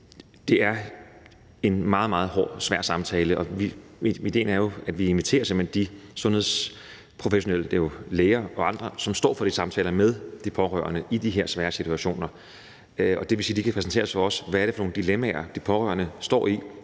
meget hård og svær samtale. Idéen er, at vi simpelt hen inviterer de sundhedsprofessionelle – det er jo læger og andre – som står for de samtaler med de pårørende i de her svære situationer. Det vil sige, at de kan præsentere os for, hvad det er for nogle dilemmaer, de pårørende står i.